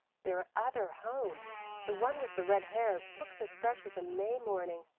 their other home the one with the red hair looks as fresh as a may morning.